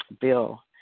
Bill